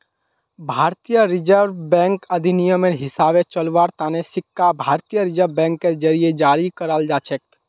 भारतीय reserve bank अधिनियमेर हिसाबे चलव्वार तने सिक्का भारतीय रिजर्व बैंकेर जरीए जारी कराल जाछेक